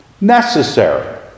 Necessary